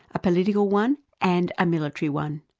a political one and a military one.